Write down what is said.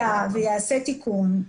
והיה וייעשה תיקון,